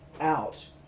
out